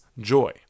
joy